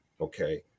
Okay